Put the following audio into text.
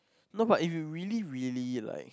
no but if you really really like